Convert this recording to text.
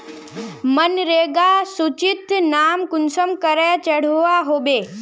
मनरेगा सूचित नाम कुंसम करे चढ़ो होबे?